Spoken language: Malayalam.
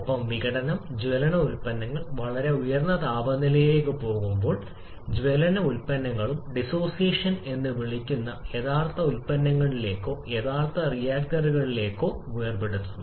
ഒപ്പം വിഘടനം ജ്വലന ഉൽപ്പന്നങ്ങൾ വളരെ ഉയർന്ന താപനിലയിലേക്ക് പോകുമ്പോൾ ജ്വലന ഉൽപ്പന്നങ്ങളും ഡിസോസിയേഷൻ എന്ന് വിളിക്കുന്ന യഥാർത്ഥ ഉൽപ്പന്നങ്ങളിലേക്കോ യഥാർത്ഥ റിയാക്ടന്റുകളിലേക്കോ വേർപെടുത്തുക